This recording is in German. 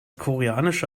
koreanische